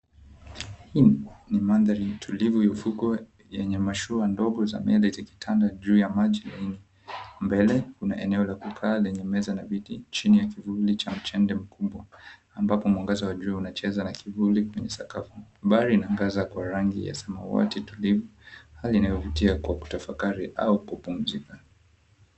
Hii ni mandhari tulivu ya ufukwe yenye mashua ndogo za meli zikitanda juu ya maji laini. Mbele kuna eneo la kukaa lenye meza na viti chini ya kivuli cha mtende mkubwa, ambapo mwangaza wa jua unacheza na kivuli kwenye sakafu. Bahari inaangaza kwa rangi ya samawati tulivu, hali inayovutia kwa kutafakari au kupumzika.